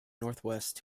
northwest